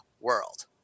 world